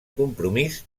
compromís